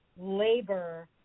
labor